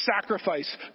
sacrifice